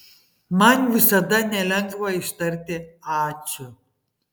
man visada nelengva ištarti ačiū